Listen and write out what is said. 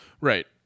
Right